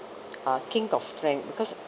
uh king of strength because